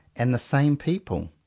and the same people.